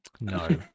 no